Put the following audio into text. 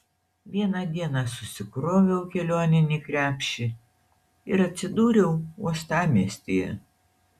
vieną dieną susikroviau kelioninį krepšį ir atsidūriau uostamiestyje